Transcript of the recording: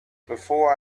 before